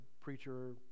preacher